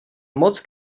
moc